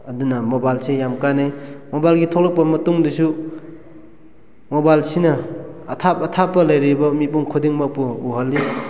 ꯑꯗꯨꯅ ꯃꯣꯕꯥꯏꯜꯁꯤ ꯌꯥꯝ ꯀꯥꯟꯅꯩ ꯃꯣꯕꯥꯏꯜꯒꯤ ꯊꯣꯂꯛꯄ ꯃꯇꯨꯡꯗꯁꯨ ꯃꯣꯕꯥꯏꯜꯁꯤꯅ ꯑꯊꯥꯞ ꯑꯊꯥꯞꯄ ꯂꯩꯔꯤꯕ ꯃꯤꯄꯨꯝ ꯈꯨꯗꯤꯡꯃꯛꯄꯨ ꯎꯍꯜꯂꯤ